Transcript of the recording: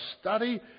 study